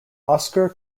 oscar